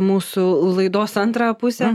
mūsų laidos antrą pusę